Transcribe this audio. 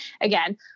again